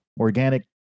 organic